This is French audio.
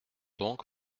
donc